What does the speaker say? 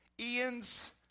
Ian's